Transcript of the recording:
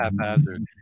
haphazard